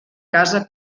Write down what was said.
casa